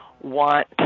want